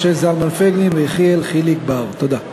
משה זלמן פייגלין ויחיאל חיליק בר בנושא: